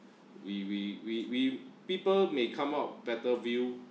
we we we we people may come out better view